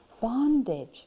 bondage